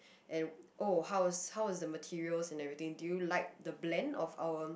and oh how is how is the materials and everything do you like the blend of our